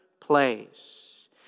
place